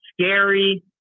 scary